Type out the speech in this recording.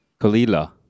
Kalila